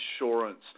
insurance